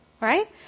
Right